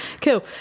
Cool